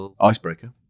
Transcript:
Icebreaker